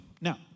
Now